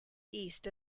east